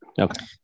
Okay